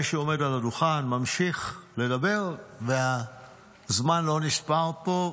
מי שעומד על הדוכן ממשיך לדבר והזמן לא נספר פה,